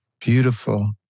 Beautiful